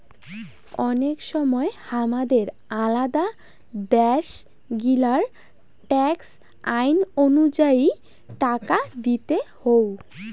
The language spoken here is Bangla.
অনেক সময় হামাদের আলাদা দ্যাশ গিলার ট্যাক্স আইন অনুযায়ী টাকা দিতে হউ